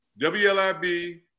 WLIB